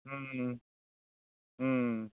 ᱦᱩᱸ ᱦᱩᱸ